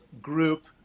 group